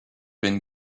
been